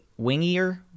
wingier